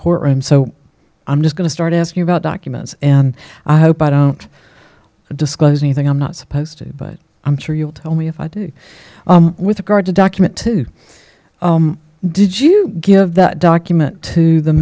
courtroom so i'm just going to start asking about documents and i hope i don't disclose anything i'm not supposed to but i'm sure you'll tell me if i did with regard to document two did you give that document to the